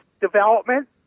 development